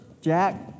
Jack